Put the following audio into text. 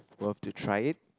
worth to try it